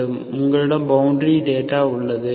உங்கள் boundary data உள்ளது uatf1